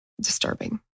disturbing